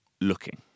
looking